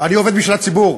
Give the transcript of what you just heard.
אני עובד בשביל הציבור,